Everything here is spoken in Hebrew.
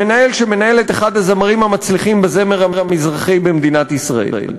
מנהל שמנהל את אחד הזמרים המצליחים בזמר המזרחי במדינת ישראל.